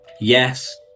Yes